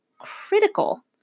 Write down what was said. critical